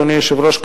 אדוני היושב-ראש,